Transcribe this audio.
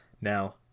Now